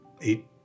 eight